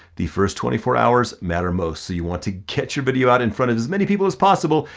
the first twenty four hours matter most, so you want to catch your video out in front of as many people as possible,